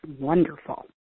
Wonderful